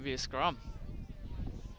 to be a scrum